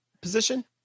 position